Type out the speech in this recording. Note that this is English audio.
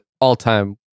all-time